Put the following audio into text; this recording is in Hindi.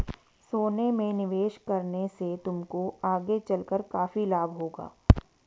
सोने में निवेश करने से तुमको आगे चलकर काफी लाभ होगा